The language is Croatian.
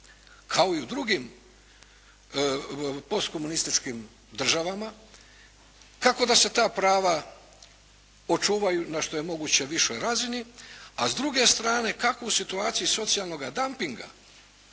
kao i u drugim postkomunističkim državama, kako da se ta prava očuvaju na što je moguće višoj razini, a s druge strane, kako u situaciji socijalnoga dampinga